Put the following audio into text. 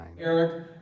Eric